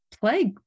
plague